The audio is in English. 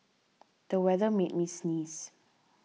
the weather made me sneeze